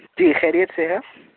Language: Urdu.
جی خیریت سے ہے